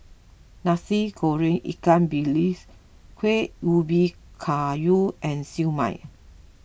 Nasi Goreng Ikan Bilis Kueh Ubi Kayu and Siew Mai